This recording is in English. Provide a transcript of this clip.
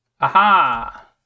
Aha